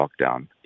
lockdown